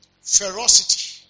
Ferocity